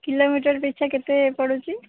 kilometre ପିଛା କେତେ ପଡ଼ୁଛି